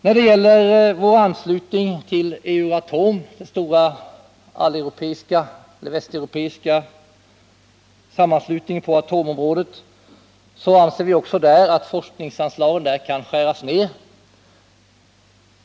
När det gäller vår anslutning till Euratom, den stora västeuropeiska sammanslutningen på atomområdet, anser vi också att forskningsanslagen skall skäras ned.